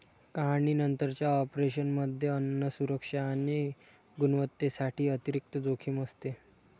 काढणीनंतरच्या ऑपरेशनमध्ये अन्न सुरक्षा आणि गुणवत्तेसाठी अतिरिक्त जोखीम असते